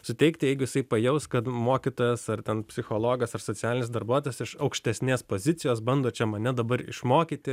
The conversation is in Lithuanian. suteikti jeigu jisai pajaus kad mokytojas ar ten psichologas ar socialinis darbuotojas iš aukštesnės pozicijos bando čia mane dabar išmokyti